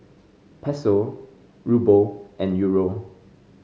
Peso Ruble and Euro